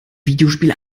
videospiele